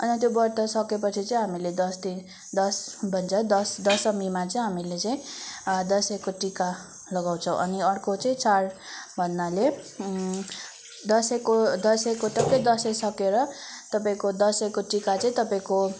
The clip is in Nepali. अनि त्यो व्रत सकिएपछि चाहिँ हामीले दस दिन दस बज दस दस दसमीमा चाहिँ हामीले चाहिँ दसैँको टिका लगाउँछौँ अनि अर्को चाहिँ चाड भन्नाले दसैँको दसैँको टक्कै दसैँ सकिएर तपाईँको दसैँको टिका चाहिँ तपाईँको